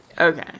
okay